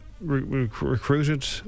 recruited